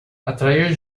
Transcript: atrair